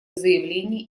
заявление